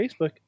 facebook